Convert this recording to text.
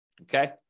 okay